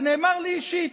זה נאמר לי אישית,